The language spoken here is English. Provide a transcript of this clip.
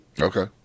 Okay